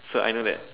so I know that